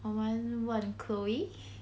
我们问 chloe